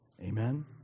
Amen